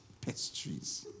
pastries